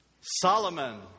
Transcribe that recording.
Solomon